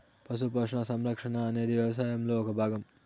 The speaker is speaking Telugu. పశు పోషణ, సంరక్షణ అనేది వ్యవసాయంలో ఒక భాగం